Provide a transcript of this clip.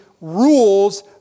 rules